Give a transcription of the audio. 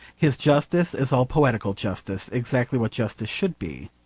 his justice is all poetical justice, exactly what justice should be.